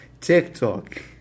TikTok